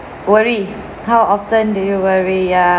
worry how often do you worry ya